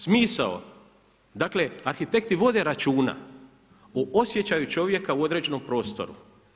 Smisao dakle arhitekti vode računa o osjećaju čovjeka u određenom prostoru.